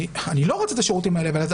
אני לא רוצה את השירותים האלה והאלה,